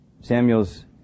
Samuel's